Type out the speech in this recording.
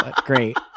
Great